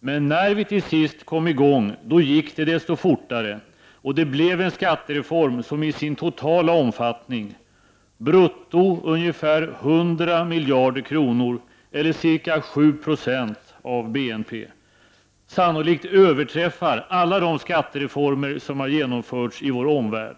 Men när vi till sist kom i gång, då gick det desto fortare. Och det blev en skattereform som i sin totala omfattning— ungefär 100 miljarder kronor eller ca 7 Zo av BNP — sannolikt överträffar alla de skattereformer som har genomförts i vår omvärld.